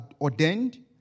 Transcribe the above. ordained